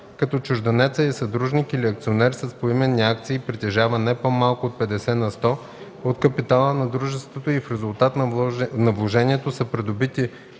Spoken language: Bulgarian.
като чужденецът е съдружник или акционер с поименни акции и притежава не по-малко от 50 на сто от капитала на дружеството и в резултат на вложението са придобити